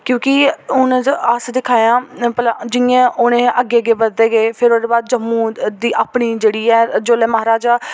क्योंकि हून अस दिक्खै दे आं भला जियां उ'नें अग्गें अग्गें बधदे गे फिर ओह्दे बाद जम्मू दी अपनी जेह्ड़ी ऐ जेल्लै महाराजा